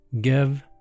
Give